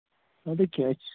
اَدٕ کیٚنٛہہ چھُ